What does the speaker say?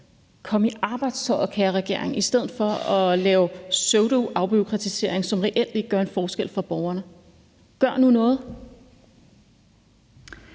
Kom i arbejdstøjet, kære regering, i stedet for at lave pseudoafbureaukratisering, som reelt ikke gør en forskel for borgerne – gør nu noget!